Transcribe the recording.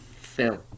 Phil